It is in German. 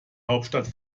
hauptstadt